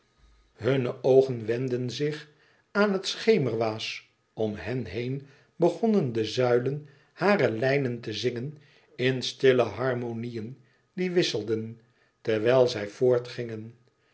hunne oogen wenden zich aan het schemerwaas om hen heen begonnen de zuilen hare lijnen te zingen in stille harmonieën die wisselden terwijl zij